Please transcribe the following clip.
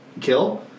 kill